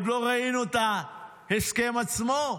עוד לא ראינו את ההסכם עצמו,